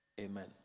Amen